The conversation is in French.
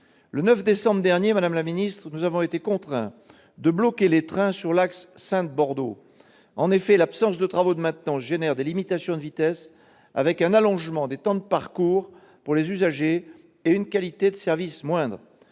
Le 9 décembre 2017, nous avons été contraints de bloquer les trains sur l'axe Saintes-Bordeaux. En effet, l'absence de travaux de maintenance a engendré des limitations de vitesse, induisant un allongement des temps de parcours pour les usagers et une qualité de service moindre.